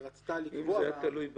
רצתה לקבוע --- אם זה היה תלוי בך,